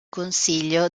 consiglio